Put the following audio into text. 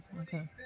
Okay